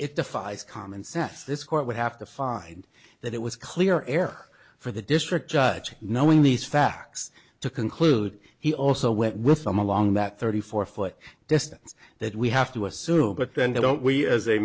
it defies common sense this court would have to find that it was clear air for the district judge knowing these facts to conclude he also went with them along that thirty four foot distance that we have to assume but then don't we as a